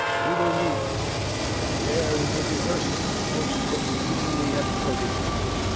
we will meet and there we may rehearse most obscenely and courageously.